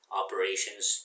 operations